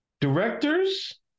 directors